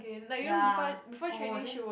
ya oh that's